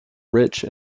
rich